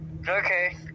okay